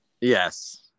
Yes